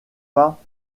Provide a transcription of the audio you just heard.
pas